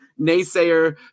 naysayer